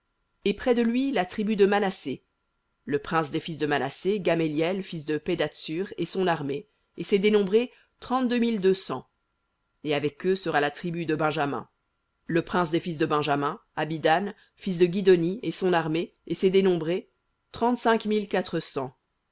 et près de lui la tribu de manassé le prince des fils de manassé gameliel fils de pedahtsur et son armée et ses dénombrés trente-deux mille deux cents et sera la tribu de benjamin le prince des fils de benjamin abidan fils de guidhoni et son armée et ses dénombrés